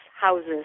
houses